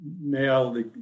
male